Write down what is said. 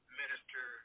minister